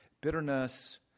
bitterness